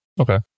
Okay